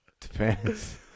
depends